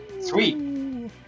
sweet